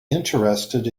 interested